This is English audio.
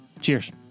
Cheers